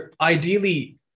ideally